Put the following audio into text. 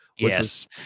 Yes